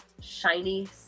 Shiny